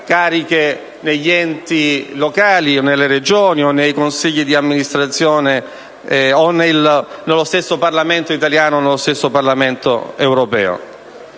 cariche negli enti locali, nelle Regioni, nei consigli di amministrazione, nello stesso Parlamento italiano o in quello europeo.